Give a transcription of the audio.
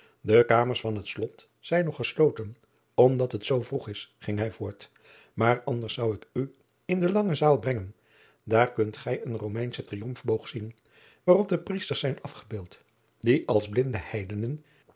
e kamers van het lot zijn nog gesloten omdat het zoo vroeg is ging hij voort maar anders zou ik u in de lange zaal brengen daar kunt gij een omeinschen riomfboog zien waarop de riesters zijn afgebeeld die als blinde